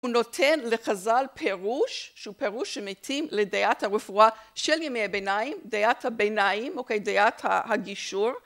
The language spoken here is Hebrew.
הוא נותן לחז"ל פירוש שהוא פירוש שמתאים לדעת הרפואה של ימי הביניים, דעת הביניים, אוקיי, דעת הגישור.